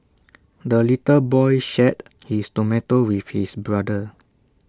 the little boy shared his tomato with his brother